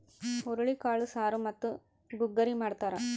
ಹುರುಳಿಕಾಳು ಸಾರು ಮತ್ತು ಗುಗ್ಗರಿ ಮಾಡ್ತಾರ